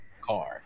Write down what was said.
car